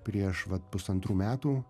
prieš vat pusantrų metų